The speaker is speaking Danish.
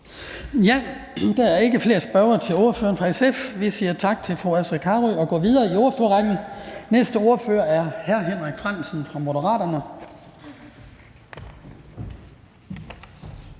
Der er ikke flere spørgsmål til ordføreren for SF. Vi siger tak til fru Astrid Carøe og går videre i ordførerrækken. Næste ordfører er hr. Henrik Frandsen fra Moderaterne.